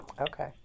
Okay